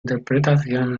interpretación